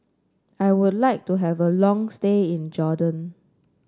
I would like to have a long stay in Jordan